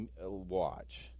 Watch